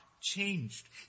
changed